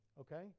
okay